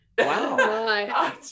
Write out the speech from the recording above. wow